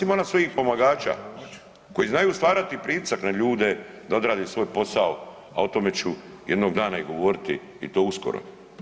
Ima ona svojih pomagača koji znaju stvarati pritisak na ljude da odrade svoj posao, a o tome ću jednoga dana i govoriti i to uskoro.